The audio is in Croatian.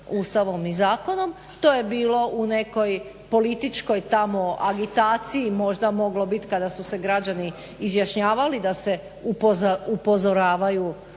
ustavom i zakonom. To je bilo u nekoj političkoj tamo agitaciji možda moglo biti kada su se građani izjašnjavali da se upozoravaju